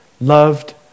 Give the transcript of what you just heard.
loved